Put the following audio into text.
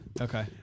okay